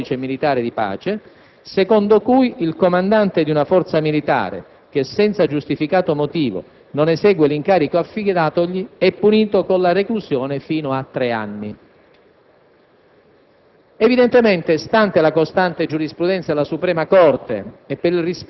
Il che si inquadra nella richiamata fattispecie di cui all'articolo 117 del Codice militare di pace, secondo cui «il comandante di una forza militare, che, senza giustificato motivo, non esegue l'incarico affidatogli, è punito con la reclusione fino a tre anni».